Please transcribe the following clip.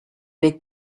big